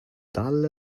dull